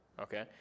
Okay